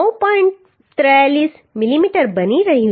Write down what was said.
43 mm બની રહ્યું છે